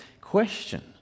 question